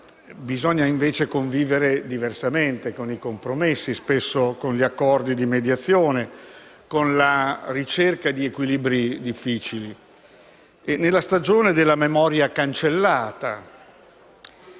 bisogna, invece, convivere diversamente con i compromessi e, spesso, con gli accordi di mediazione, con la ricerca di equilibri difficili. Nella stagione della memoria cancellata